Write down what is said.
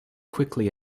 quickly